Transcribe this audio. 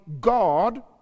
God